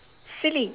silly